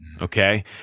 Okay